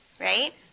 right